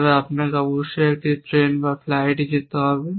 তবে আপনাকে অবশ্যই একটি ট্রেন বা ফ্লাইটে যেতে হবে